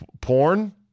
Porn